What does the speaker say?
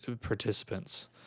participants